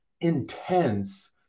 intense